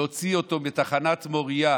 להוציא אותו מתחנת מוריה,